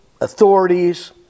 authorities